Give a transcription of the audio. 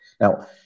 Now